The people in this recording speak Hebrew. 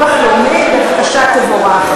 לגבי הביטוח הלאומי, בבקשה, תבורך.